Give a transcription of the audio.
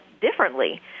differently